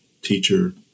teacher